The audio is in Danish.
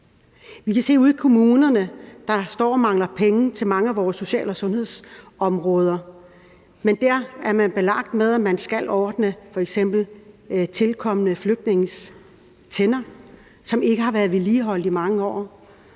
se, at de ude i kommunerne står og mangler penge til mange af vores social- og sundhedsområder. Men der er man pålagt, at man f.eks. skal ordne tilkommende flygtninges tænder, som ikke har været vedligeholdt i mange år.